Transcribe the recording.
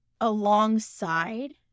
alongside